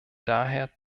daher